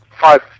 five